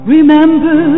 Remember